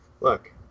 Look